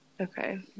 Okay